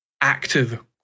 active